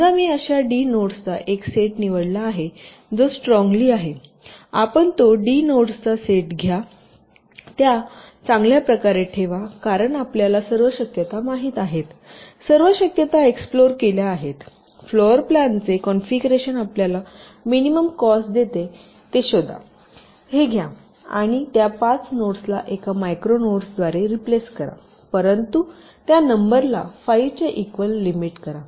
समजा मी अशा डी नोड्सचा एक सेट निवडला आहे जो स्ट्रॉन्गली आहे आपण तो डी नोड्सचा सेट घ्यात्या चांगल्या प्रकारे ठेवा कारण आपल्याला सर्व शक्यता माहित आहेत सर्व शक्यता एक्सप्लोर केल्या आहेत फ्लोर प्लॅन चे कॉन्फिगरेशन आपल्याला मिनिमम कॉस्ट देते हे शोधा ते घ्या आणि त्या पाच नोड्सला एका मायक्रो नोडद्वारे रिप्लेस करा परंतु त्या नंबरला 5 च्या इक्वल लिमिट करा